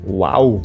wow